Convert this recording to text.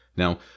Now